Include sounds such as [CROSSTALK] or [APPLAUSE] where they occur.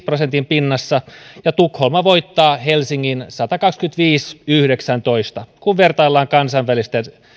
[UNINTELLIGIBLE] prosentin pinnassa ja tukholma voittaa helsingin satakaksikymmentäviisi viiva yhdeksäntoista kun vertaillaan kansainvälisten